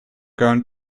going